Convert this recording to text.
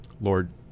lord